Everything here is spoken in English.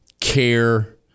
care